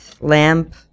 lamp